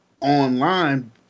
online